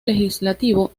legislativo